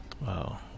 Wow